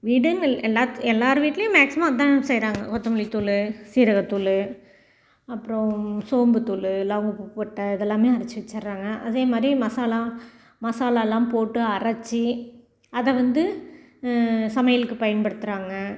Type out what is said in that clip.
வீடுனு இல்லை எல்லா எல்லார் வீட்டிலையும் மேக்ஸிமம் அதுதான் செய்கிறாங்க கொத்தமல்லித்தூள் ஜீரகத்தூள் அப்புறம் சோம்புத்தூள் லவங்கப்பட்டை இதெல்லாமே அரச்சு வச்சுர்றாங்க அதே மாதிரி மசாலா மசாலால்லாம் போட்டு அரைச்சு அதை வந்து சமையலுக்கு பயன்படுத்துகிறாங்க